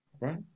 right